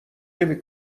نمی